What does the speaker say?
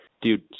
Dude